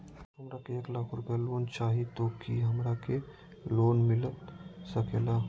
हमरा के एक लाख रुपए लोन चाही तो की हमरा के लोन मिलता सकेला?